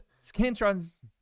Scantrons